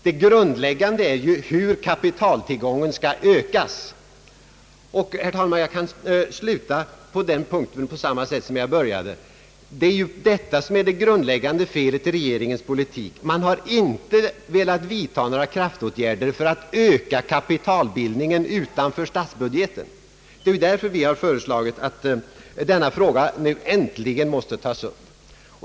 Det grundläggande är ju hur kapitaltillgången skall ökas. Det är ju detta som är det grundläggande felet i regeringens politik. Man har inte velat vidta några kraftåtgärder för att öka kapitalbildningen utanför statsbudgeten. Det är därför vi har föreslagit att denna fråga nu äntligen skall tas upp.